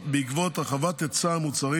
בעקבות הרחבת היצע המוצרים